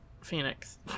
phoenix